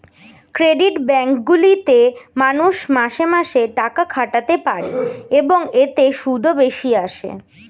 credit bank গুলিতে মানুষ মাসে মাসে টাকা খাটাতে পারে, এবং এতে সুদও বেশি আসে